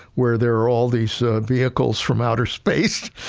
where they're all these vehicles from outer space?